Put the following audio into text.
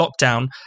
lockdown